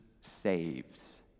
saves